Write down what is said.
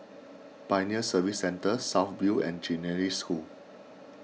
Pioneer Service Centre South View and Genesis School